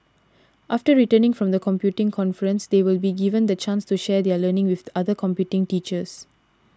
after returning from the computing conference they will be given the chance to share their learning with other computing teachers